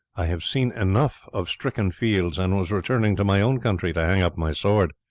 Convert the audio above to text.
i have seen enough of stricken fields, and was returning to my own country to hang up my sword,